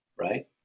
right